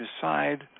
decide